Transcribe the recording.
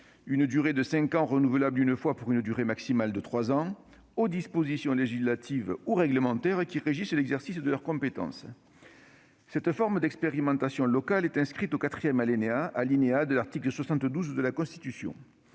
une durée de cinq ans, renouvelable une fois, pour une durée maximale de trois ans -aux dispositions législatives ou réglementaires qui régissent l'exercice de leurs compétences. Cette forme d'expérimentation locale est inscrite au quatrième alinéa de l'article 72 de la Constitution.